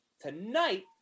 tonight